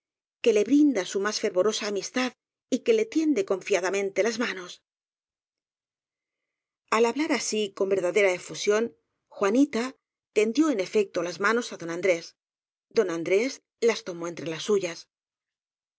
que le brinda con su más fervorosa amistad y que le tiende confiadamente las manos al hablar así con verdadera efusión juanita ten dió en efecto las manos á don andrés don an drés las tomó entre las suyas